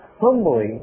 humbly